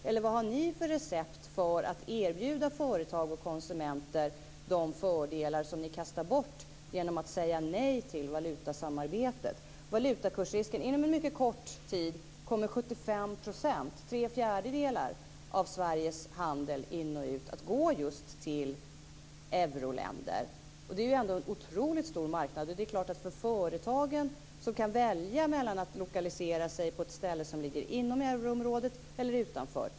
Eller vad har ni i Miljöpartiet för recept för att erbjuda företag och konsumenter de fördelar som ni kastar bort genom att säga nej till valutasamarbetet? När det gäller valutakursrisken vill jag säga att inom en mycket kort tid kommer 75 %, tre fjärdedelar, av Sveriges handel in och ut att ske just med euroländer. Det är en otroligt stor marknad. Företagen kan välja mellan att lokalisera sig på ett ställe som ligger inom eller utom euroområdet.